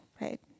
right